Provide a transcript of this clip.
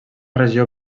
regió